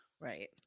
right